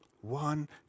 One